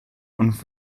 und